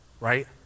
right